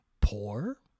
poor